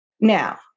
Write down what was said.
Now